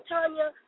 Tanya